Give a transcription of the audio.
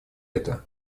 это